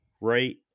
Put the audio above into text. right